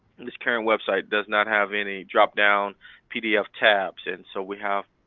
this current website does not have any drop-down pdf tabs. and so we have,